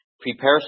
Prepare